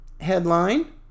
headline